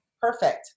Perfect